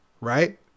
right